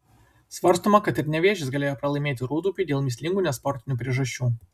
svarstoma kad ir nevėžis galėjo pralaimėti rūdupiui dėl mįslingų nesportinių priežasčių